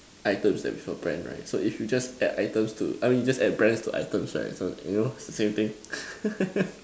items that without brand right so if you just add items to I mean you just add Brands to items right so you know it's the same thing